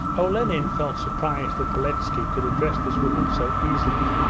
olenin felt surprised that beletski could address this woman so easily.